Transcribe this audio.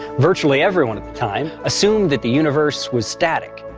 virtually everyone at the time assumed that the universe was static.